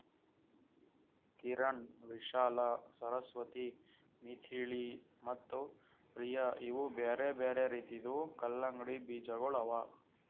ಕಿರಣ್, ವಿಶಾಲಾ, ಸರಸ್ವತಿ, ಮಿಥಿಳಿ ಮತ್ತ ಪ್ರಿಯ ಇವು ಬ್ಯಾರೆ ಬ್ಯಾರೆ ರೀತಿದು ಕಲಂಗಡಿ ಬೀಜಗೊಳ್ ಅವಾ